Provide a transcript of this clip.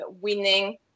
winning